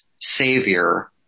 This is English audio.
savior